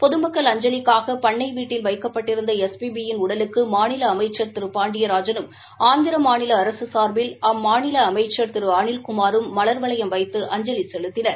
பொதுமக்கள் அஞ்சலிக்காக பண்ணை வீட்டில் வைக்கப்பட்டிருந்த எஸ் பி பி யின் உடலுக்கு மாநில அமைச்சர் திரு பாண்டியராஜனும் ஆந்திர மாநில அரசு சார்பில் அம்மாநில அமைச்சர் திரு அனில்குமாரும் மலர்வளையம் வைத்து அஞ்சலி செலுத்தினர்